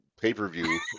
pay-per-view